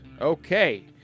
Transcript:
Okay